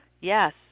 yes